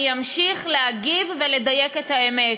אני אמשיך להגיב ולדייק את האמת.